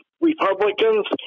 Republicans